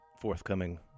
forthcoming